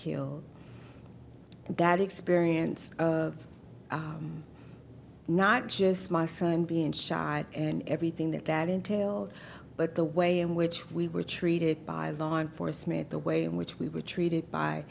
and that experience of not just my son being shot in everything that that entailed but the way in which we were treated by law enforcement the way in which we were treated by